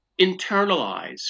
internalize